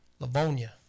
Livonia